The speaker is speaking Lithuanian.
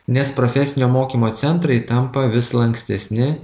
nes profesinio mokymo centrai tampa vis lankstesni